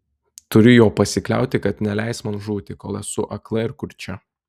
turiu juo pasikliauti kad neleis man žūti kol esu akla ir kurčia